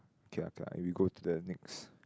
K lah K lah we go to the next